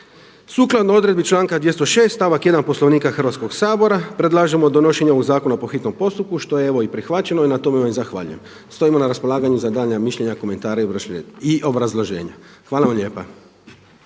Sukladno odredbi članka 206. stavak 1. Poslovnika Hrvatskog sabora predlažemo donošenje ovog Zakona po hitnom postupku što je evo i prihvaćeno i na tome vam zahvaljujem. Stojimo na raspolaganju za daljnja mišljenja, komentare i obrazloženja. Hvala vam lijepa.